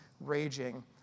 raging